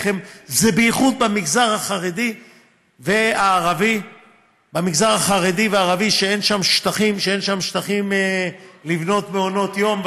זה בייחוד במגזרים החרדי והערבי שאין שם שטחים לבנות מעונות יום,